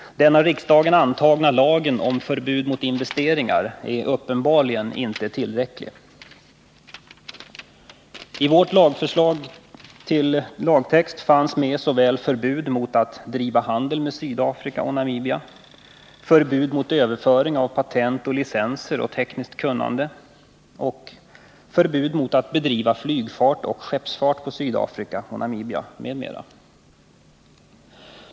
Den av riksdagen antagna lagen om förbud mot investeringar är uppenbarligen inte tillräcklig. I vårt förslag till lagtext fanns med såväl förbud mot att driva handel med Sydafrika och Namibia som förbud mot överföring av patent och licenser samt tekniskt kunnande — och förbud mot att bedriva flygfart och skeppsfart på Sydafrika och Namibia.